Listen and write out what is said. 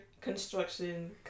construction